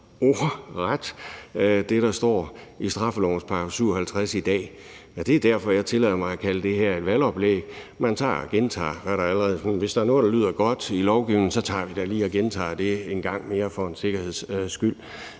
ordret – det, der står i straffelovens § 57 i dag. Og det er derfor, jeg tillader mig at kalde det her et valgoplæg. Man tager og gentager, hvad der allerede er. Hvis der er noget, der lyder godt i lovgivningen, så tager vi da lige og gentager det en gang mere for en sikkerheds skyld,